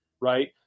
Right